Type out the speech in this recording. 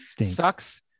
Sucks